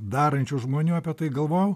darančių žmonių apie tai galvojau